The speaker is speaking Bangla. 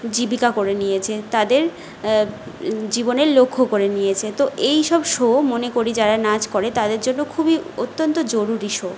জীবিকা করে নিয়েছে তাদের জীবনের লক্ষ্য করে নিয়েছে তো এইসব শো মনে করি যারা নাচ করে তাদের জন্য খুবই অত্যন্ত জরুরি শো